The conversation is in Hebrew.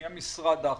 מי המשרד האחראי,